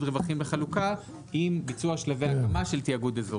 רווחים וחלוקה עם ביצוע שלבי הקמה של תאגוד אזורי.